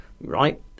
right